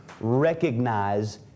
recognize